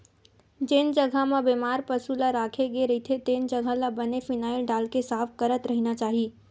जेन जघा म बेमार पसु ल राखे गे रहिथे तेन जघा ल बने फिनाईल डालके साफ करत रहिना चाही